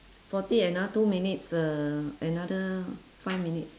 forty another two minutes uh another five minutes